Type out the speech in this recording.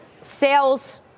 sales